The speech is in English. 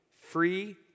free